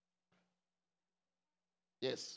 Yes